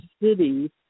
City